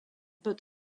but